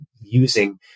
using